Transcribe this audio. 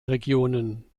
regionen